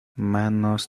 manos